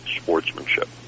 sportsmanship